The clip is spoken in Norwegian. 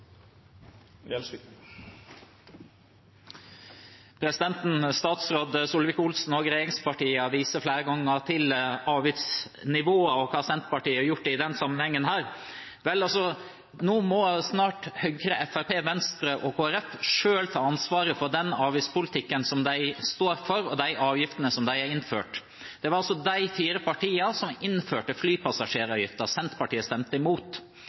tilbake. Statsråd Solvik-Olsen og regjeringspartiene viser flere ganger til avgiftsnivået og hva Senterpartiet har gjort i denne sammenhengen. Nå må snart Høyre, Fremskrittspartiet, Venstre og Kristelig Folkeparti selv ta ansvaret for den avgiftspolitikken de står for og de avgiftene de har innført. Det var disse fire partiene som innførte flypassasjeravgiften. Senterpartiet stemte imot.